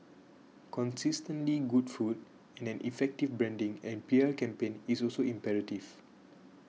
consistently good food and an effective branding and P R campaign is also imperative